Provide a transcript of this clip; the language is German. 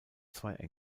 zwei